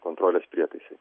kontrolės prietaisai